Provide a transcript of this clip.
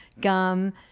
gum